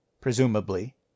presumably